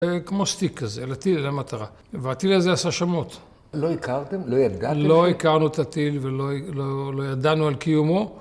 כמו סטיק כזה, לטיל זה המטרה. והטיל הזה עשה שמות. לא הכרתם? לא ידעתם? לא הכרנו את הטיל ולא ידענו על קיומו.